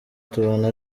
tubona